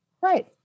Right